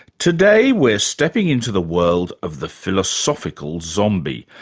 today we're stepping into the world of the philosophical zombie,